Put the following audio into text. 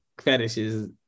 fetishes